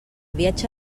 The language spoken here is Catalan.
viatge